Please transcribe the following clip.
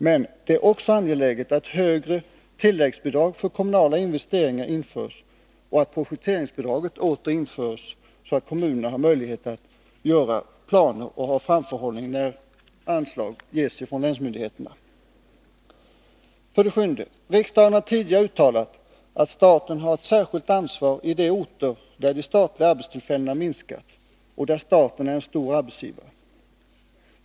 Men det är också angeläget att högre tilläggsbidrag för kommunala investeringsarbeten införs och att projekteringsbidrag åter införs, så att kommunerna har möjlighet att göra upp planer och har framförhållning när anslag ges från länsmyndigheterna. 7. Riksdagen har tidigare uttalat att staten har ett särskilt ansvar i de orter där de statliga arbetstillfällena minskat och där staten är en stor arbetsgivare.